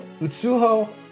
Utsuho